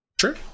Sure